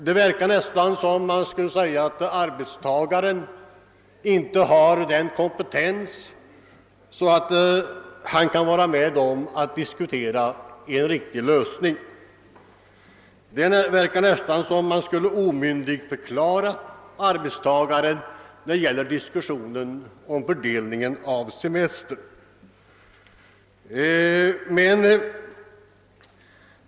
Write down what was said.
Det verkar som om arbetstagarna inte skulle ha kompetens att vara med om att diskutera en lösning, och det verkar som om man skulle omyndigförklara arbetstagarna när det gäller en diskussion om semesterns förläggning.